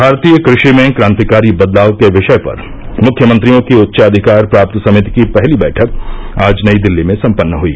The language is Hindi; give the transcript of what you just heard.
भारतीय कृषि में क्रांतिकारी बदलाव के विषय पर मुख्यमंत्रियों की उच्चाधिकार प्राप्त समिति की पहली बैठक आज नई दिल्ली में सम्पन्न हुई